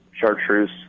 Chartreuse